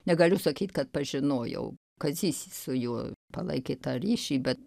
negaliu sakyt kad pažinojau kazys su juo palaikė tą ryšį bet